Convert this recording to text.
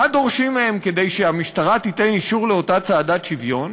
מה דורשים מהם כדי שהמשטרה תיתן אישור לאותה צעדת שוויון?